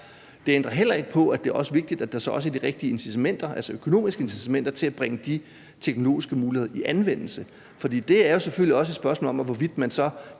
Det ændrer heller ikke på, at det også er vigtigt, at der så også er de rigtige incitamenter, altså økonomiske incitamenter, til at bringe de teknologiske muligheder i anvendelse, for det er selvfølgelig også et spørgsmål om, hvorvidt man så